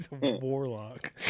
warlock